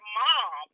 mom